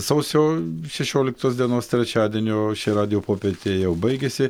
sausio šešioliktos dienos trečiadienio ši radijo popietė jau baigėsi